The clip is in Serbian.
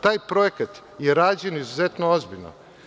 Taj projekat je rađen izuzetno ozbiljno.